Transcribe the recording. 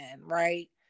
right